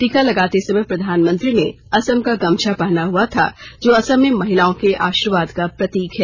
टीका लगाते समय प्रधानमंत्री ने असम का गमछा पहना हुआ था जो असम में महिलाओं के आशीर्वाद का प्रतीक है